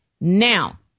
now